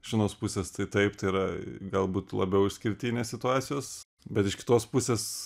iš vienos pusės tai taip tai yra galbūt labiau išskirtinės situacijos bet iš kitos pusės